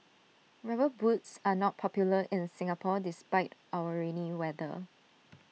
rubber boots are not popular in Singapore despite our rainy weather